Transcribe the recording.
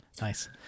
nice